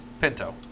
Pinto